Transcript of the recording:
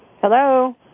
Hello